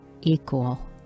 equal